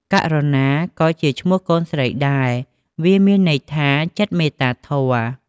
ករុណាក៏ជាឈ្មោះកូនស្រីដែរ វាមានន័យថាចិត្តមេត្តាធម៌។